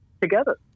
together